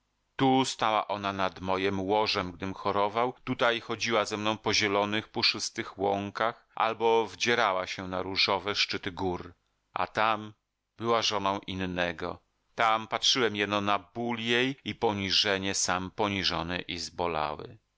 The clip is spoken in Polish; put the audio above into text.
tu stała ona nad mojem łożem gdym chorował tutaj chodziła ze mną po zielonych puszystych łąkach albo wdzierała się na różowe szczyty gór a tam była żoną innego tam patrzyłem jeno na ból jej i poniżenie sam poniżony i zbolały